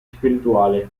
spirituale